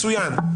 מצוין.